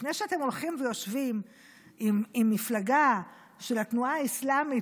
לפני שאתם הולכים ויושבים עם מפלגה של התנועה האסלאמית,